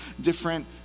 different